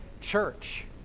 church